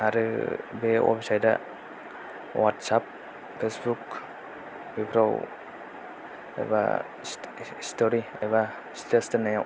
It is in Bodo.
आरो बे वेबसाइटआ वाट्सआप फेसबुक बेफोराव एबा स्टरि एबा स्टेटास दोननायाव